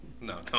No